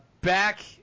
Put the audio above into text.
back